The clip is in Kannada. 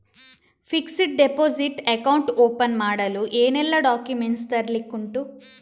ಫಿಕ್ಸೆಡ್ ಡೆಪೋಸಿಟ್ ಅಕೌಂಟ್ ಓಪನ್ ಮಾಡಲು ಏನೆಲ್ಲಾ ಡಾಕ್ಯುಮೆಂಟ್ಸ್ ತರ್ಲಿಕ್ಕೆ ಉಂಟು?